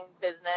business